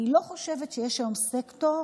אני לא חושבת שיש היום סקטור